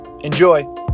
Enjoy